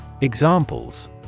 Examples